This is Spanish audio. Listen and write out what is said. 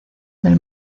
del